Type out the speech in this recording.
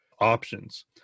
options